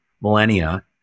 millennia